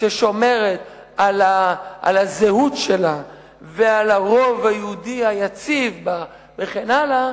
ישראל ששומרת על הזהות שלה ועל הרוב היהודי היציב וכן הלאה,